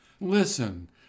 listen